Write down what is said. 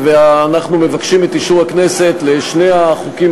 אנחנו מבקשים את אישור הכנסת לשני החוקים